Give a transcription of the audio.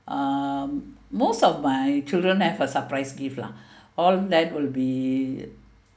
um most of my children have a surprise gift lah all that will be